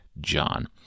John